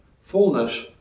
Fullness